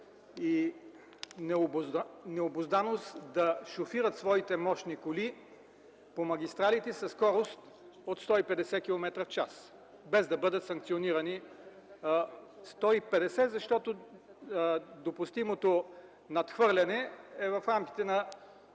и необузданост, да шофират своите мощни коли по магистралите със скорост от 150 км в час, без да бъдат санкционирани. Казвам „150”, защото допустимото надхвърляне е в рамките на